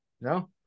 no